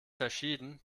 verschieden